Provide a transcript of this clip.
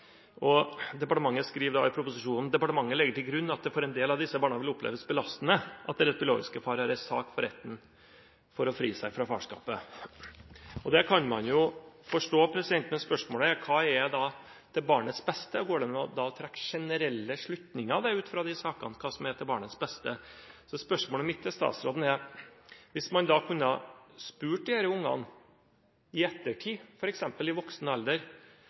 farskap. Departementet skriver i proposisjonen: «Departementet legger til grunn at det for en del av disse barna vil oppleves belastende at deres biologiske far har reist sak for retten for å fri seg fra farskapet.» Det kan man jo forstå, men spørsmålet er hva som er til barnets beste. Går det an å trekke generelle slutninger om hva som er til barnets beste, ut ifra de sakene? Spørsmålet mitt til statsråden er: Hvis man i ettertid, f.eks. i voksen alder,